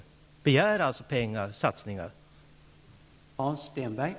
Jag hoppas att han begär pengar och satsningar.